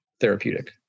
therapeutic